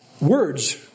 Words